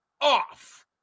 off